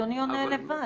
אדוני עונה לבד.